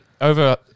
over